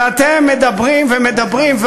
ואתם מדברים ומדברים,